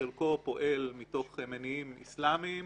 שחלקו פועל מתוך מניעים אסלאמיים,